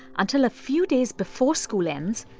until a few days before school ends,